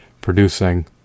producing